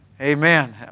Amen